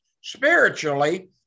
spiritually